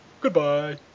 Goodbye